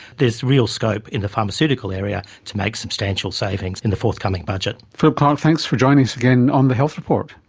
there is real scope in the pharmaceutical area to make substantial savings in the forthcoming budget. philip clarke, thanks for joining us again on the health report.